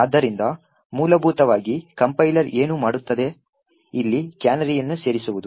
ಆದ್ದರಿಂದ ಮೂಲಭೂತವಾಗಿ ಕಂಪೈಲರ್ ಏನು ಮಾಡುತ್ತದೆ ಇಲ್ಲಿ ಕ್ಯಾನರಿಯನ್ನು ಸೇರಿಸುವುದು